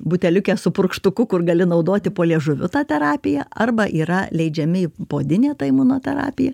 buteliuke su purkštuku kur gali naudoti po liežuviu tą terapiją arba yra leidžiami į poodinę imunoterapiją